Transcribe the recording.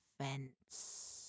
fence